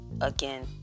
again